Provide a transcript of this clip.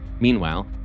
Meanwhile